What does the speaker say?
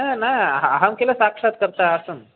न न अ अहं किल साक्षात् तत्र आसं